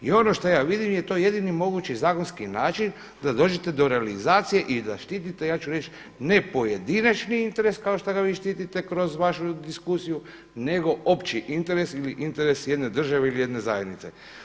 I ono šta ja vidim je to jedini mogući zakonski način da dođete do realizacije i da štitite ja ću reći ne pojedinačni interes kao što ga vi štitite kroz vašu diskusiju nego opći interes ili interes jedne države ili jedne zajednice.